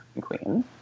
queen